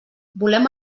volem